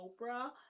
Oprah